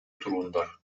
тургундар